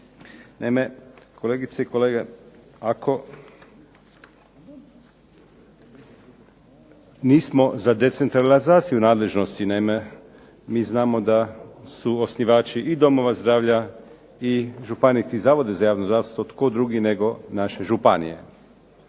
Naime, kolegice i kolege ako nismo za decentralizaciju nadležnosti, naime mi znamo da su osnivači i domova zdravlja i županijskih zavoda za javno zdravstvo tko drugi nego naše županije.